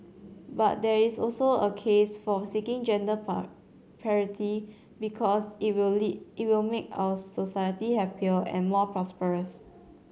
but there is also a case for seeking gender part parity because it will it will make our society happier and more prosperous